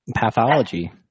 pathology